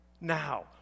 Now